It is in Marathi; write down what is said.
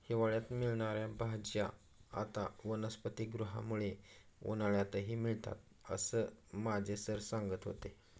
हिवाळ्यात मिळणार्या भाज्या आता वनस्पतिगृहामुळे उन्हाळ्यातही मिळतात असं माझे सर सांगत होते